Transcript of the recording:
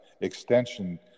extension